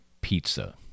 pizza